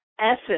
essence